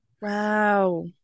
wow